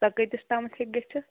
سۅ کٍتِس تام ہیٚکہِ گژھِتھ